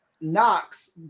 Knox